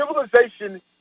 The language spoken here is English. civilization